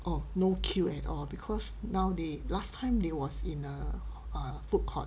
oh no queue at all because now they last time they was in a err food court